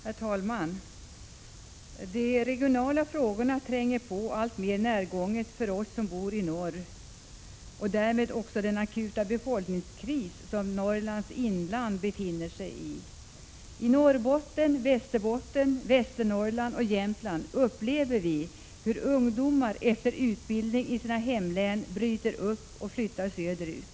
Herr talman! De regionala frågorna tränger på alltmer närgånget för oss som bor i norr och därmed även den akuta befolkningskris som Norrlands inland befinner sig i. I Norrbotten, Västerbotten, Västernorrland och Jämtland upplever vi hur ungdomar efter utbildning i sina hemlän bryter upp och flyttar söderut.